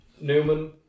Newman